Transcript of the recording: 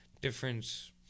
different